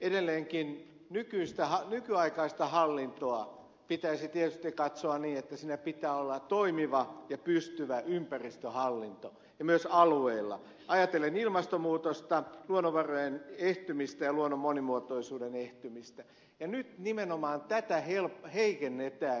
edelleenkin nykyaikaista hallintoa pitäisi tietysti katsoa niin että siinä pitää olla toimiva ja pystyvä ympäristöhallinto myös alueilla ajatellen ilmastonmuutosta luonnonvarojen ehtymistä ja luonnon monimuotoisuuden ehtymistä ja nyt nimenomaan tätä heikennetään